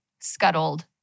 scuttled